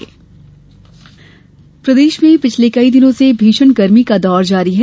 मौसम प्रदेश में पिछले कई दिनों से भीषण गर्मी का दौर जारी है